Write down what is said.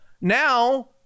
now